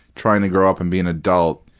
trying to grow up and be an adult,